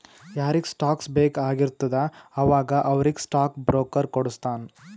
ಯಾರಿಗ್ ಸ್ಟಾಕ್ಸ್ ಬೇಕ್ ಆಗಿರ್ತುದ ಅವಾಗ ಅವ್ರಿಗ್ ಸ್ಟಾಕ್ ಬ್ರೋಕರ್ ಕೊಡುಸ್ತಾನ್